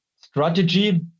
strategy